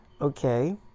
Okay